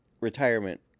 retirement